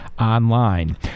online